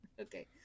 Okay